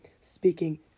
speaking